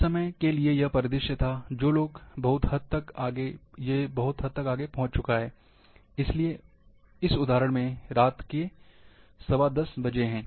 कुछ समय के लिए यह परिदृश्य था जो बहुत हद आगे तक पहुंच चुका है इस उदाहरण में रात के 1015 बजे